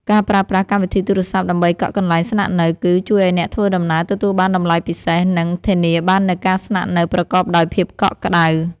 ការប្រើប្រាស់កម្មវិធីទូរសព្ទដើម្បីកក់កន្លែងស្នាក់នៅ គឺ ជួយឱ្យអ្នកធ្វើដំណើរទទួលបានតម្លៃពិសេស និង ធានាបាននូវការស្នាក់នៅប្រកបដោយភាពកក់ក្ដៅ។